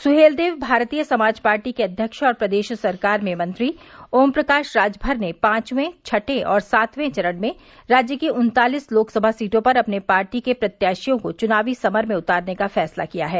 Suheldev Bharatiya Samaj party के अध्यक्ष और प्रदेश सरकार में मंत्री ओम प्रकाश राजभर ने पांचवें छठें और सातवें चरण में राज्य की उन्तालीस लोकसभा सीटो पर अपने पार्टी के प्रत्याशियों को चुनावी समर में उतारने का फैसला किया है